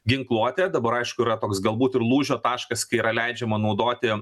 ginkluotę dabar aišku yra toks galbūt ir lūžio taškas kai yra leidžiama naudoti